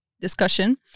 discussion